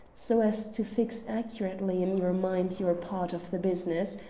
so as to fix accurately in your mind your part of the business,